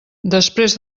després